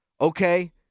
okay